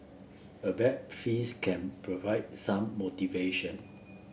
a bag fees can provide some motivation